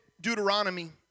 Deuteronomy